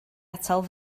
atal